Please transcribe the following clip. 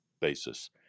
basis